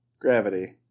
gravity